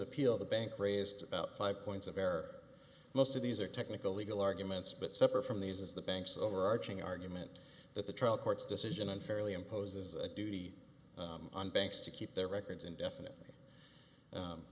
appeal the bank raised about five points of air most of these are technical legal arguments but separate from these is the bank's overarching argument that the trial court's decision unfairly imposes a duty on banks to keep their records indefinitely